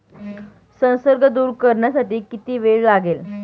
संसर्ग दूर करण्यासाठी किती वेळ लागेल?